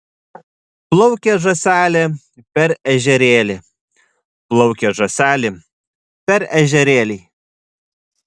plaukė žąselė per ežerėlį plaukė žąselė per ežerėlį